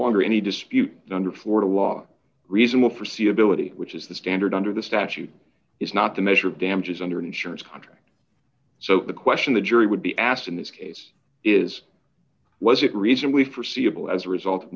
longer any dispute under florida law reasonable for c ability which is the standard under the statute is not the measure of damages under an insurance contract so the question the jury would be asked in this case is was it reasonably forseeable as a result of